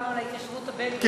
כשדיברנו על ההתיישבות הבדואית,